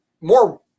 more